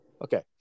Okay